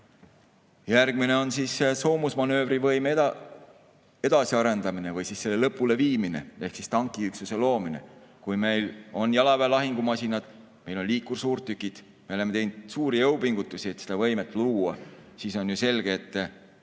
Järgmine on soomusmanöövri võime edasiarendamine või selle lõpuleviimine ehk tankiüksuse loomine. Kui meil on jalaväe lahingumasinaid, liikursuurtükid, me oleme teinud suuri jõupingutusi, et seda võimet luua, siis on ju selge, et